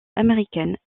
américaine